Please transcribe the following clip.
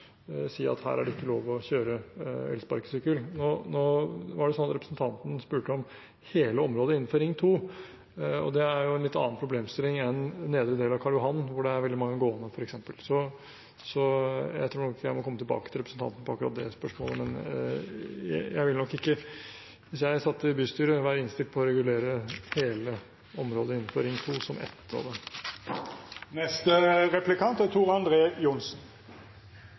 si at her er det ikke lov å kjøre elsparkesykkel. Representanten spurte om hele området innenfor Ring 2 i Oslo, og det er jo en litt annen problemstilling enn f.eks. nedre del av Karl Johan, hvor det er veldig mange gående, så jeg tror jeg må komme tilbake til representanten om akkurat det spørsmålet. Men jeg ville nok ikke, hvis jeg satt i bystyret, være innstilt på å regulere hele området innenfor Ring 2 som ett